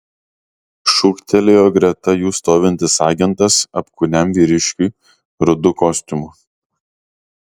šūktelėjo greta jų stovintis agentas apkūniam vyriškiui rudu kostiumu